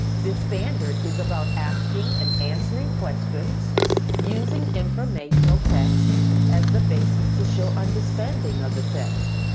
this standard is about asking and answering questions using informational texts as the basis to show understanding of the text.